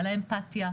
על האמפתיה,